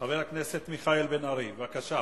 חבר הכנסת מיכאל בן-ארי, בבקשה.